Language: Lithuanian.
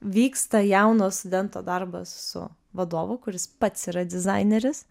vyksta jauno studento darbas su vadovu kuris pats yra dizaineris